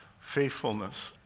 faithfulness